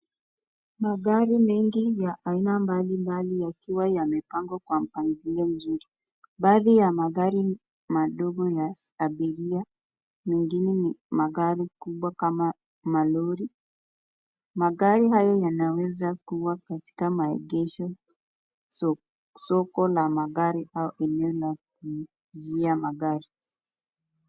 Magari mengi ya aina mbali mbali yakiwa yamepangwa kwa mpangilio mzuri. Baadhi ya magari madogo ya abiria, mengine ni magari kubwa kama malori. Magari hayo yanaweza kuwa katika maegesho, soko la magari au eneo la kuuzia magari.